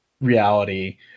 reality